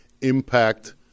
impact